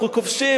אנחנו כובשים.